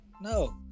No